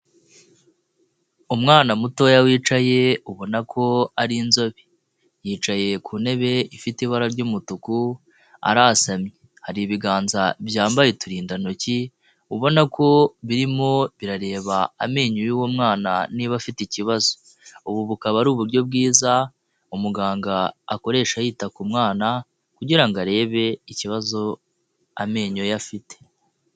Umwana mutoya wicaye ubona ko ari inzobe, yicaye ku ntebe ifite ibara ry'umutuku arasamye, hari ibiganza byambaye uturindantoki ubona ko birimo birareba amenyo y'uwo mwana niba afite ikibazo, ubu bukaba ari uburyo bwiza umuganga akoresha yita ku mwana kugira ngo arebe ikibazo amenyo ye afite.